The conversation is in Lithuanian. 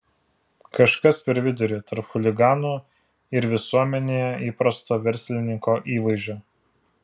kažkas per vidurį tarp chuligano ir visuomenėje įprasto verslininko įvaizdžio